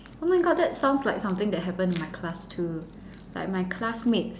oh my god that sounds like something that happened in my class too like my classmates